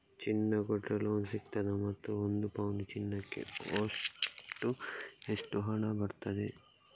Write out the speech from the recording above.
ಚಿನ್ನ ಕೊಟ್ರೆ ಲೋನ್ ಸಿಗ್ತದಾ ಮತ್ತು ಒಂದು ಪೌನು ಚಿನ್ನಕ್ಕೆ ಒಟ್ಟು ಎಷ್ಟು ಹಣ ಬರ್ತದೆ?